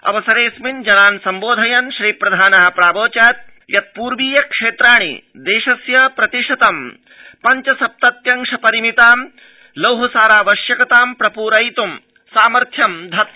अवसरेऽस्मिन् जनान् सम्बोधयन् श्रीप्रधानः प्रावोचत् यत् पूर्वीय क्षेत्राणि देशस्य प्रतिशतं पञ्च सप्तत्यंश परिमितां लौहसारावश्यकतां प्रपूरथितं सामथ्यं दधाति